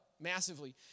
massively